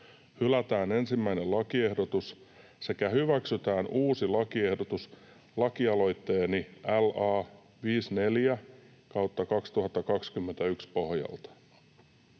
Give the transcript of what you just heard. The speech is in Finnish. hylätään ensimmäinen lakiehdotus ja hyväksytään uusi lakiehdotus lakialoitteeni LA 54/2021 pohjalta.